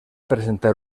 presentar